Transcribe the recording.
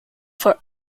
for